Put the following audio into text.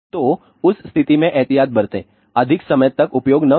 तो उस स्थिति में एहतियात बरतें अधिक समय तक उपयोग न करें